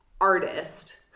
artist